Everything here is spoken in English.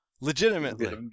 Legitimately